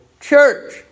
church